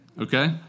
okay